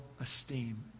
esteem